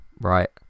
Right